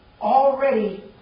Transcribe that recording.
already